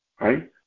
Right